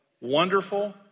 Wonderful